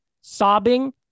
sobbing